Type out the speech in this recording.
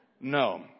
no